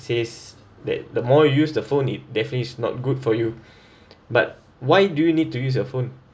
says that the more use the phone it definitely is not good for you but why do you need to use your phone